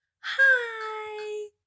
Hi